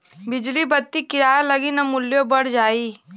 बिजली बत्ति किराया लगी त मुल्यो बढ़ जाई